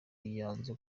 yanze